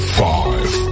five